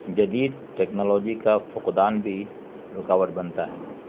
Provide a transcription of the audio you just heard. جدید ٹیکنالوجی کا فقدان بھی رکاوٹ بنتا ہے